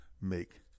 make